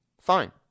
Fine